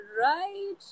right